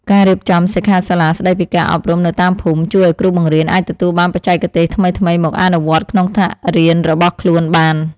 ការរៀបចំសិក្ខាសាលាស្តីពីការអប់រំនៅតាមភូមិ ជួយឱ្យគ្រូបង្រៀនអាចទទួលបានបច្ចេកទេសថ្មីៗមកអនុវត្តក្នុងថ្នាក់រៀនរបស់ខ្លួនបាន។